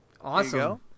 Awesome